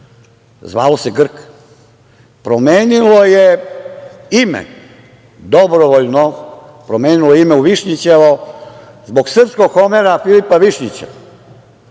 Zvalo se Grk. Promenilo je ime, dobrovoljno, u Višnjićevo, zbog srpskog Homera Filipa Višnjića.